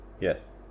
yes